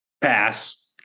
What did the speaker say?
Pass